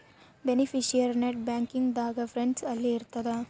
beneficiary net banking ದಾಗ funds ಅಲ್ಲಿ ಇರ್ತದ